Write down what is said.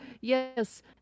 yes